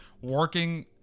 working